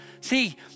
See